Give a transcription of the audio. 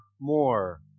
more